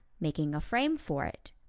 making a frame for it.